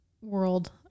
world